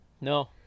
No